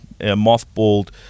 mothballed